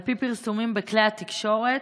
על פי פרסומים בכלי התקשורת,